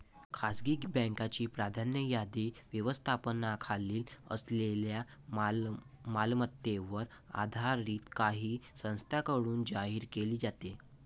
खासगी बँकांची प्राधान्य यादी व्यवस्थापनाखाली असलेल्या मालमत्तेवर आधारित काही संस्थांकडून जाहीर केली जाते